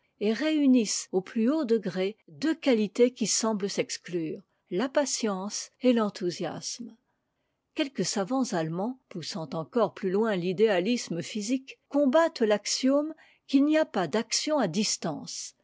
et réunissent au plus haut degré deux qualités qui semblent s'exclure la patience et l'enthousiasme quelques savants allemands poussant encore plus loin l'idéalisme physique combattent faxiome qu'il n'y a pas d'action à distance